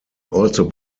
also